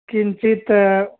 किञ्चित्